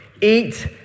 eat